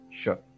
Sure